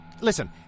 Listen